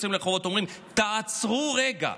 יוצאים לרחובות ואומרים: תעצרו רגע,